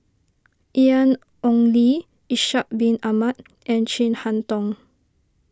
Ian Ong Li Ishak Bin Ahmad and Chin Harn Tong